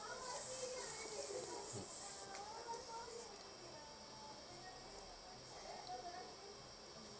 mm